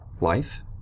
life